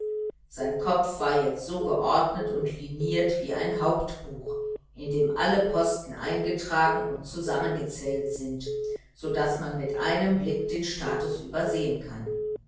sein kopf war jetzt so geordnet und liniiert wie ein hauptbuch in dem alle posten eingetragen und zusammengezählt sind so daß man mit einem blick den status übersehen kann